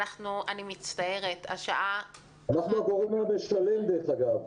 אנחנו הגורם המשלם, דרך אגב.